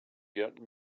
get